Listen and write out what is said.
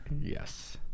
Yes